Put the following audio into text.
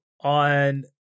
on